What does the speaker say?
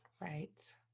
Right